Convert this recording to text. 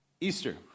Easter